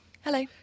Hello